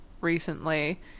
recently